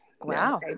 Wow